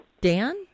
Dan